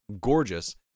gorgeous